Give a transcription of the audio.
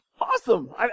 awesome